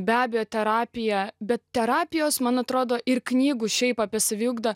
be abejo terapija bet terapijos man atrodo ir knygų šiaip apie saviugdą